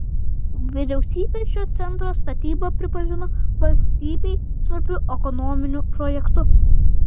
vyriausybė šio centro statybą pripažino valstybei svarbiu ekonominiu projektu